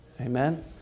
Amen